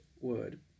word